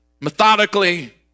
methodically